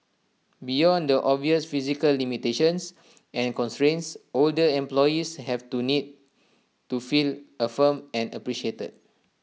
beyond the obvious physical limitations and constraints older employees have two need to feel affirmed and appreciated